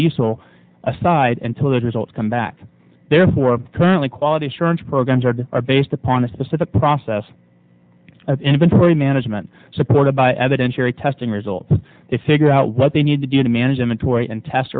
diesel aside until it results come back therefore currently quality assurance programs are are based upon a specific process of inventory management supported by evidence very testing results to figure out what they need to do to manage them and to wait and test